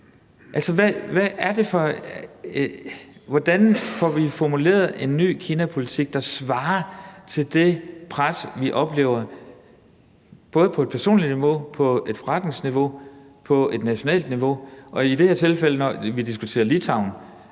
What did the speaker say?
spørge: Hvordan får vi formuleret en ny kinapolitik, der svarer til det pres, som vi oplever, både på det personlige niveau, på det forretningsmæssige niveau, på det nationale niveau og i det her tilfælde, hvor vi diskuterer Litauen?